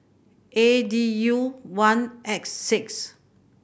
A D U one X six